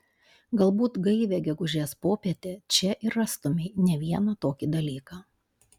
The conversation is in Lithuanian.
galbūt gaivią gegužės popietę čia ir rastumei ne vieną tokį dalyką